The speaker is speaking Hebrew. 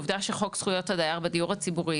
עובדה שחוק זכויות הדייר בדיור הציבורי,